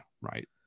right